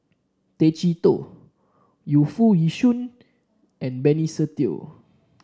Tay Chee Toh Yu Foo Yee Shoon and Benny Se Teo